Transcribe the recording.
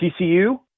TCU